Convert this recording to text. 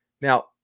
Now